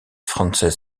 frances